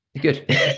good